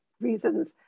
reasons